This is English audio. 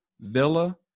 villa